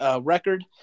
record